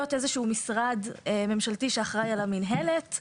איזשהו משרד ממשלתי שאחראי על המינהלת.